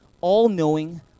all-knowing